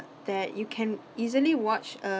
that you can easily watch uh